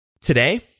Today